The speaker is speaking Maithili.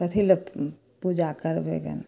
कथी लऽ पूजा करबै गन